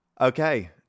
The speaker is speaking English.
Okay